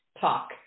talk